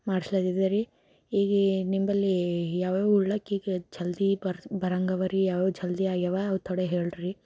ಮಾಡಿಸ್ಲಿತ್ತೆದರಿ ಈಗ ನಿಂಬಳಿ ಯಾವ್ಯಾವ ಉಣ್ಣೋಕ್ಕೀಗ ಜಲ್ದಿ ಬರೋಂಗಿವೆರಿ ಯಾವ ಜಲ್ದಿ ಆಗ್ಯಾವ ಅವು ಥೊಡೆ ಹೇಳಿರಿ